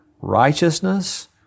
righteousness